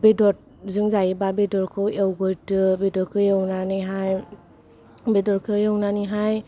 बेदरजों जायोबा बेदरखौ एवग्रोदो बेदरखौ एवनानैहाय बेदरखौ एवनानैहाय